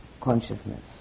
consciousness